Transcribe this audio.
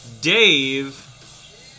Dave